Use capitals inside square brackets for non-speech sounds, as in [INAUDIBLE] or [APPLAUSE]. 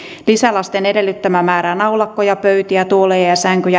lisälasten edellyttämää määrää naulakkoja pöytiä tuoleja ja sänkyjä [UNINTELLIGIBLE]